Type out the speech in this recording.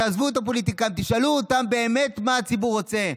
תעזבו את הפוליטיקה ותשאלו אותם מה באמת הציבור רוצה.